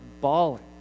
bawling